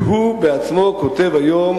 והוא בעצמו כותב היום,